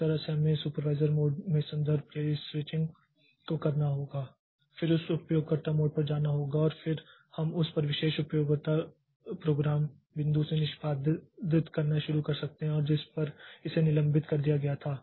तो इस तरह से हमें सुपेर्विसोर् मोड में संदर्भ के इस स्विचिंग को करना होगा फिर इसे उपयोगकर्ता मोड पर जाना होगा और फिर हम उस विशेष उपयोगकर्ता विशेष प्रोग्राम बिंदु से निष्पादित करना शुरू कर सकते हैं जिस पर इसे निलंबित कर दिया गया था